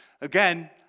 Again